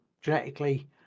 genetically